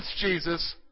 Jesus